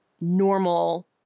normal